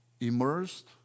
Immersed